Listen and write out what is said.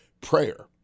prayer